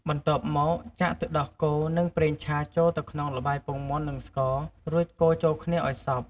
បន្ទាប់មកចាក់ ទឹកដោះគោ និង ប្រេងឆា ចូលទៅក្នុងល្បាយពងមាន់ និងស្ករ រួចកូរចូលគ្នាឱ្យសព្វ។